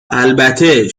البته